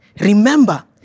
remember